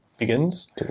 begins